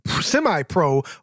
semi-pro